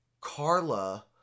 Carla